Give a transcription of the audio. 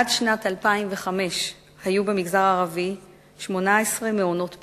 עד שנת 2005 היו במגזר הערבי 18 מעונות פעילים.